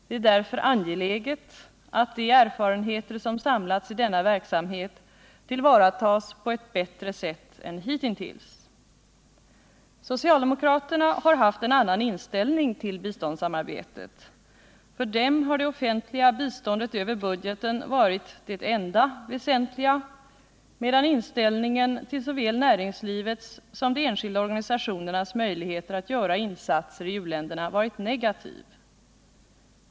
Det är därför angeläget att de erfarenheter som samlats i denna verksamhet tillvaratas på ett bättre sätt än hitintills.” Socialdemokraterna har haft en annan inställning till biståndssamarbetet. För dem har det offentliga biståndet över budgeten varit det enda väsentliga, medan inställningen till såväl näringslivets som de enskilda organisationernas möjligheter att göra insatser i u-länderna varit negativ.